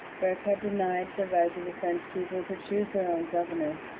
burke had denied the right of the french people to choose their own governors,